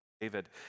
David